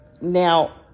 Now